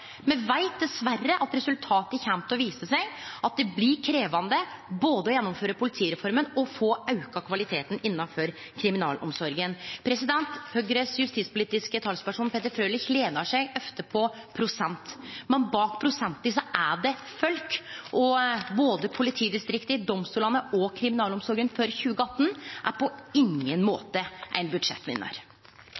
Me veit dessverre at resultatet kjem til å vise at det blir krevjande både å gjennomføre politireforma og få auka kvaliteten innanfor kriminalomsorga. Høgres justispolitiske talsperson, Peter Frølich, lenar seg ofte på prosent, men bak prosentane er det folk, og politidistrikta, domstolane og kriminalomsorga er på ingen